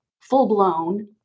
full-blown